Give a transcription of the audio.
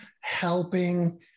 helping